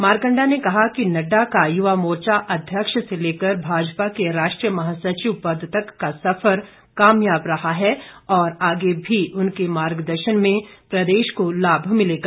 मारकंडा ने कहा कि नड्डा का युवा मोर्चा अध्यक्ष से लेकर भाजपा के राष्ट्रीय महासचिव पद तक का सफर कामयाब रहा है और आगे भी उनके मार्गदर्शन में प्रदेश को लाभ मिलेगा